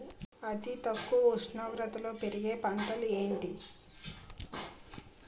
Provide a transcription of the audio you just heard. అతి తక్కువ ఉష్ణోగ్రతలో పెరిగే పంటలు ఏంటి?